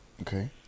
okay